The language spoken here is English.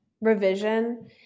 revision